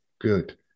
good